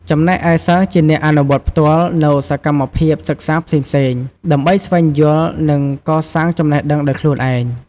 ចំណែកឯ សិស្សជាអ្នកអនុវត្តផ្ទាល់ នូវសកម្មភាពសិក្សាផ្សេងៗ ដើម្បីស្វែងយល់ និងកសាងចំណេះដឹងដោយខ្លួនឯង។